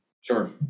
Sure